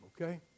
okay